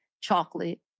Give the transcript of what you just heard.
chocolate